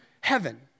heaven